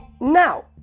now